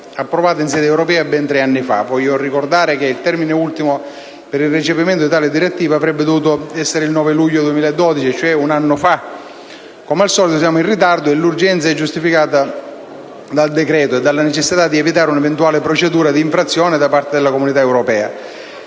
approvata in sede europea ben tre anni fa. Voglio ricordare che il termine ultimo per il recepimento di tale direttiva avrebbe dovuto essere il 9 luglio 2012, cioè un anno fa; come al solito, siamo in ritardo e l'urgenza che giustifica il decreto è dettata dalla necessità di evitare un'eventuale procedura di infrazione da parte dell'Unione europea.